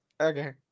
okay